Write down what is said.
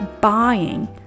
buying